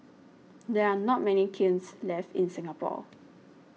there are not many kilns left in Singapore